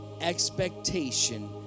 expectation